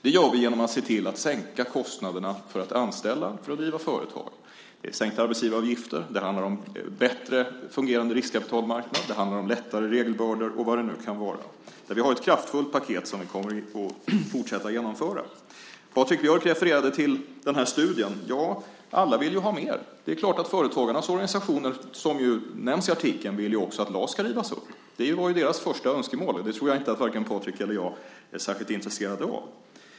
Vi underlättar detta genom att sänka kostnaderna för att anställa, för att driva företag. Det handlar om sänkta arbetsgivaravgifter, en bättre fungerande riskkapitalmarknad, lättare regelbördor och vad det nu kan vara. Vi har ett kraftfullt paket som vi kommer att fortsätta att genomföra. Patrik Björck refererade till den studie som gjorts. Ja, alla vill ha mer. Företagarnas organisationer vill ju, som nämns i artikeln, att LAS ska rivas upp. Det var deras första önskemål, och det tror jag inte att vare sig Patrik eller jag är särskilt intresserad av.